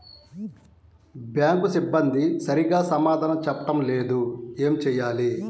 Bank సిబ్బంది సరిగ్గా సమాధానం చెప్పటం లేదు ఏం చెయ్యాలి?